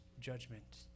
judgment